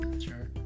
Sure